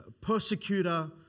persecutor